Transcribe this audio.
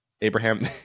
abraham